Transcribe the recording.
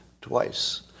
twice